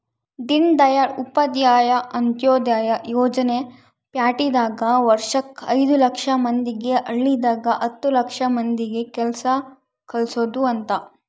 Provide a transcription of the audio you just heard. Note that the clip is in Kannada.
ದೀನ್ದಯಾಳ್ ಉಪಾಧ್ಯಾಯ ಅಂತ್ಯೋದಯ ಯೋಜನೆ ಪ್ಯಾಟಿದಾಗ ವರ್ಷಕ್ ಐದು ಲಕ್ಷ ಮಂದಿಗೆ ಹಳ್ಳಿದಾಗ ಹತ್ತು ಲಕ್ಷ ಮಂದಿಗ ಕೆಲ್ಸ ಕಲ್ಸೊದ್ ಅಂತ